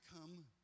come